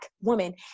woman